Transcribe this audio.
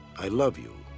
i love you.